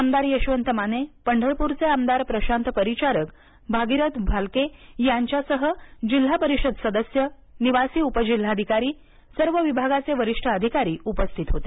आमदार यशवंत माने पंढरप्रचे आमदार प्रशांत परिचारक भगीरथ भालके यांच्यासह जिल्हा परिषद सदस्य निवासी उपजिल्हाधिकारी सर्व विभागाचे वरिष्ठ अधिकारी उपस्थित होते